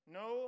no